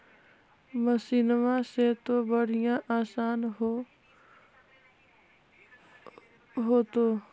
मसिनमा से तो बढ़िया आसन हो होतो?